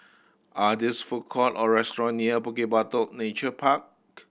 are these food court or restaurant near Bukit Batok Nature Park